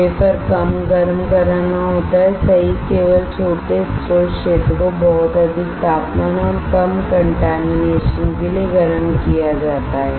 wafer कम गरम करना होता है सही केवल छोटे स्रोत क्षेत्र को बहुत अधिक तापमान और कम कॉन्टेमिनेशन के लिए गर्म किया जाता है